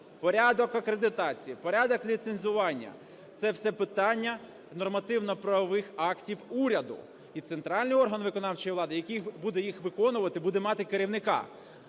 порядок акредитації, порядок ліцензування – це все питання нормативно-правових актів уряду і центральний орган виконавчої влади, який буде їх виконувати, буде мати керівника.